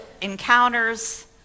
encounters